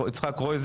יצחק קרויזר,